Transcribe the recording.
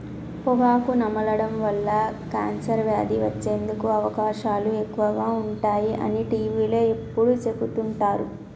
పొగాకు నమలడం వల్ల కాన్సర్ వ్యాధి వచ్చేందుకు అవకాశాలు ఎక్కువగా ఉంటాయి అని టీవీలో ఎప్పుడు చెపుతుంటారు